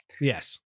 yes